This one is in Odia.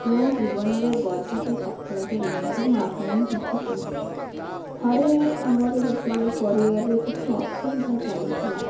ମୋ ଜୀବନରେ ଗର୍ବିତ ସଫଳତା ବିଷୟରେ ମୁଁ ଆପଣଙ୍କୁ କିଛି କହୁଛି ଥରେ ଆମର ଯେତେବେଳେ ପରିବାରରେ କିଛି ଅସୁବିଧା ଚାଲୁଥିଲା